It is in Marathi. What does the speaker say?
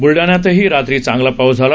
ब्लडाण्यातही रात्री चांगला पाऊस झाला